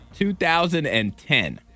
2010